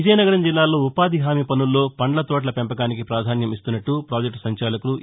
విజయనగరం జిల్లాలో ఉపాధిహామీ పనుల్లో పండ్లతోటల పెంపకానికి పాధాన్యం ఇస్తున్నట్లు పాజెక్తు సంచాలకులు ఎ